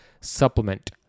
supplement